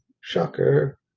Shocker